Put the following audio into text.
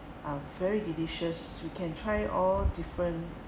are very delicious we can try all different